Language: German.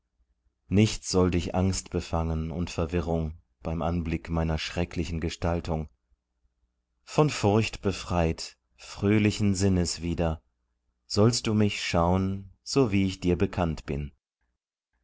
nicht soll dich angst befangen und verwirrung beim anblick meiner schrecklichen gestaltung von furcht befreit fröhlichen sinnes wieder sollst du mich schaun so wie ich dir bekannt bin